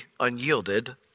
unyielded